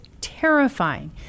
terrifying